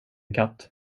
katt